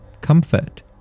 comfort